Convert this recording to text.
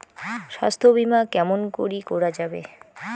স্বাস্থ্য বিমা কেমন করি করা যাবে?